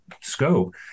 scope